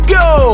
go